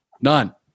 none